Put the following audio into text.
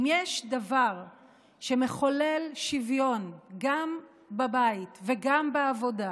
אם יש דבר שמחולל שוויון גם בבית וגם בעבודה,